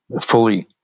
fully